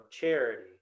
charity